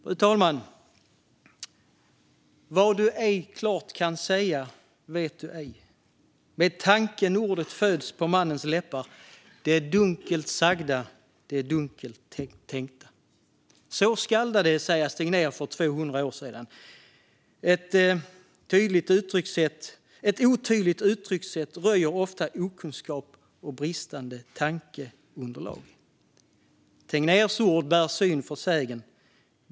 Fru talman! För 200 år sedan skaldade Esaias Tegnér: Vad du ej klart kan säga, vet du ej; med tanken ordet föds på mannens läppar:det dunkelt sagda är det dunkelt tänkta. Ett otydligt uttryckssätt röjer ofta okunskap och bristande tankeunderlag. Tegnérs ord bär syn för sägen.